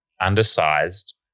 undersized